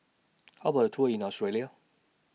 How about A Tour in Australia